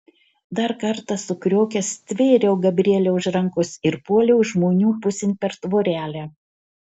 dar kartą sukriokęs stvėriau gabrielę už rankos ir puoliau žmonių pusėn per tvorelę